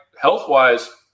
health-wise